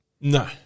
No